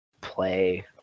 play